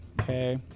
Okay